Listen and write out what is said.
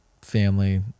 family